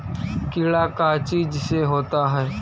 कीड़ा का चीज से होता है?